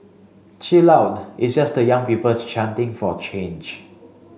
chill out it's just the young people chanting for change